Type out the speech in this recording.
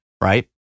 Right